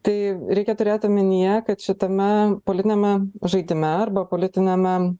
tai reikia turėt omenyje kad šitame politiniame žaidime arba politiniame